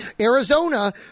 Arizona